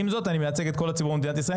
עם זאת אני מייצג את כל הציבור במדינת ישראל.